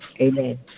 Amen